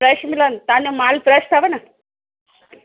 fresh मिलनि तव्हांजो माल फ़्रेश अथव न